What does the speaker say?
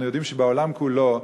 אנחנו יודעים שבעולם כולו,